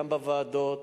גם בוועדות,